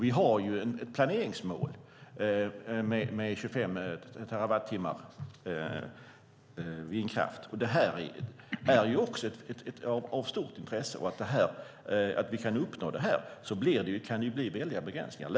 Vi har ju ett planeringsmål med 25 terawattimmar vindkraft. Det är också av stort intresse att vi kan uppnå det. Här kan det bli väldiga begränsningar.